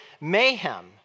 mayhem